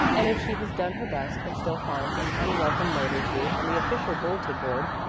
and if she has done her best and still finds an unwelcome note or two on the official bulletin board,